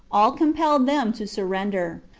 all compelled them to surrender.